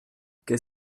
qu’est